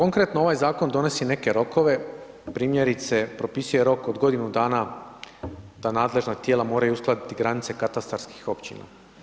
Konkretno ovaj zakon donosi neke rokove primjerice pripisuje rok od godinu dana, ta nadležna tijela moraju uskladiti granice katastarskih općina.